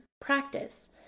Practice